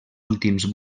últims